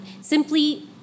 Simply